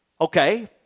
Okay